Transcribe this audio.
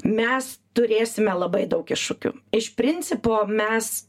mes turėsime labai daug iššūkių iš principo mes